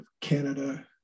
Canada